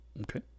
Okay